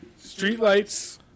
Streetlights